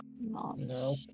no